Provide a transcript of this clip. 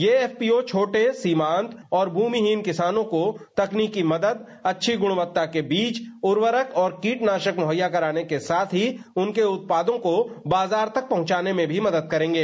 ये एफपीओ छोटे सीमांत और भूमिहीन किसानों को तकनीकी मदद अच्छी गुणवत्ता के बीज उर्वरक और कीटनाशक मुहैया कराने के साथ ही उनके उत्पादों को बाजार तक पहुंचाने में भी मदद करेंगे